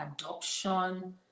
adoption